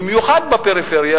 במיוחד בפריפריה,